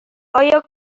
آیا